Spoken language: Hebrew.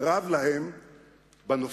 רב להם בנופלים.